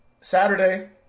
Saturday